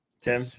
Tim